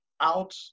out